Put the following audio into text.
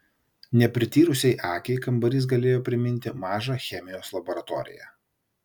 neprityrusiai akiai kambarys galėjo priminti mažą chemijos laboratoriją